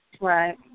Right